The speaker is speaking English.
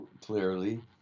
clearly